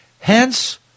Hence